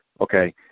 Okay